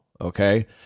Okay